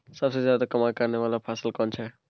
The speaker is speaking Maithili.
सबसे ज्यादा कमाई करै वाला फसल कोन छै?